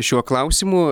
šiuo klausimu